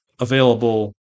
available